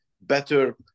better